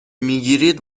میگیرید